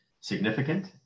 significant